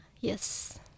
yes